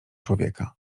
człowieka